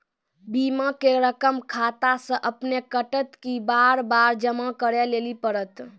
बीमा के रकम खाता से अपने कटत कि बार बार जमा करे लेली पड़त?